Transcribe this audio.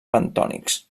bentònics